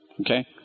Okay